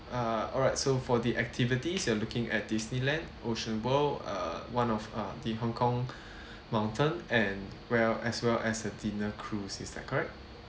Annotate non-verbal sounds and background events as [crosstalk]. uh alright so for the activities you're looking at disneyland ocean world uh one of uh the hong kong [breath] mountain and well as well as a dinner cruise is that correct